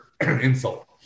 Insult